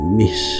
miss